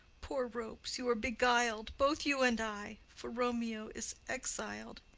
poor ropes, you are beguil'd, both you and i, for romeo is exil'd.